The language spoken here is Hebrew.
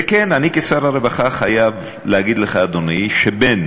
וכן, אני כשר הרווחה חייב להגיד לך, אדוני, שבין